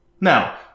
Now